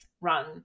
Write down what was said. run